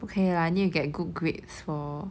不可以 lah need to get good grades for